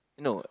no